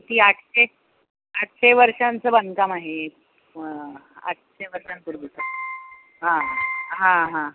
ती आठशे आठशे वर्षांचं बांधकाम आहे आठशे वर्षांपूर्वीच हां हां हां